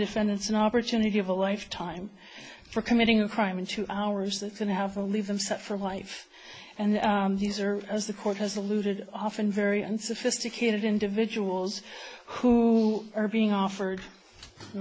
defendants an opportunity of a life time for committing a crime in two hours that's going to have to leave them set for life and these are as the court has alluded often very unsophisticated individuals who are being offered an